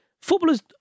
footballers